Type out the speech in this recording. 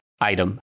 item